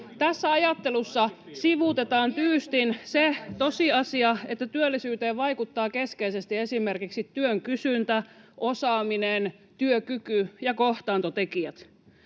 Tässä ajattelussa sivuutetaan tyystin se tosiasia, että työllisyyteen vaikuttavat keskeisesti esimerkiksi työn kysyntä, osaaminen, työkyky ja kohtaantotekijät.